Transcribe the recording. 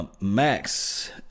Max